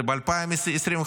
זה ב-2025.